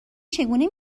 چگونه